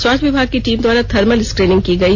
स्वास्थ्य विभाग की टीम द्वारा थर्मल स्क्रीनिंग की गई